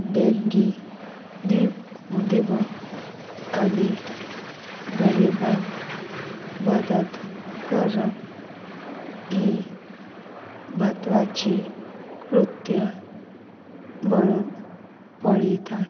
देणगी दिव दिवप आनी गरिबांक मदत करप ही म्हत्वाची कृत्य म्हणून पळयतात